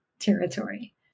territory